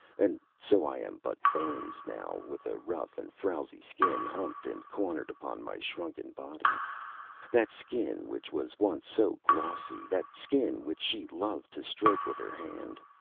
and so i am but bones, now, with a rough and frowsy skin humped and cornered upon my shrunken body that skin which was once so glossy, that skin which she loved to stroke with her hand.